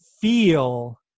feel